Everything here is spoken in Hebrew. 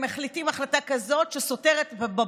הם מחליטים החלטה כזאת בבוקר,